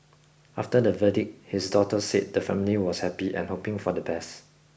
after the verdict his daughter said the family was happy and hoping for the best